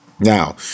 Now